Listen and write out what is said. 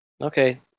Okay